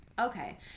Okay